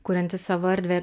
kuriantis savo erdvę